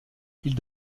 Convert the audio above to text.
ils